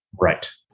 Right